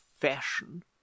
fashion